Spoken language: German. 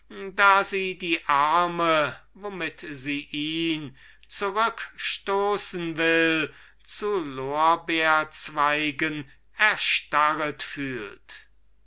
da sie die arme womit sie ihn zurückstoßen will zu lorbeerzweigen erstarret fühlt